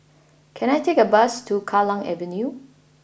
can I take a bus to Kallang Avenue